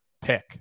pick